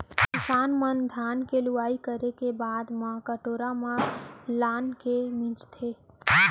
किसान मन धान के लुवई करे के बाद म कोठार म लानके मिंजथे